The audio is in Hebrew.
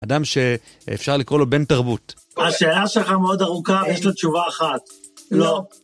אדם שאפשר לקרוא לו בן תרבות. השאלה שלך מאוד ארוכה, יש לה תשובה אחת. לא.